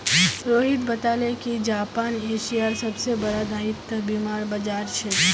रोहित बताले कि जापान एशियार सबसे बड़ा दायित्व बीमार बाजार छे